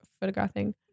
photographing